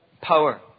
power